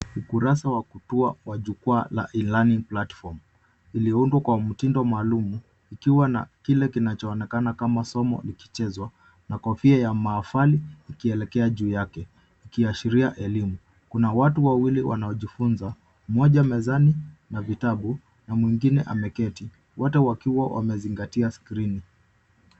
Ukurasa wa kutua wa jukwaa la E-Learning platform . Lililoundwa kwa mtindo maalum likiwa na kile kinachoonekana kama somo likichezwa, na kofia ya mahafali ikielekea juu yake ikiashiria elimu. Kuna watu wawili wanaojifunza mmoja mezani na vitabu na mwingine ameketi. Wote wakiwa wamezingatia skrini.